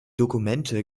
dokumente